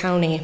county